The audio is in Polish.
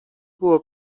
było